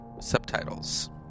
subtitles